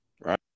Right